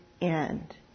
end